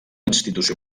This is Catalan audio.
institució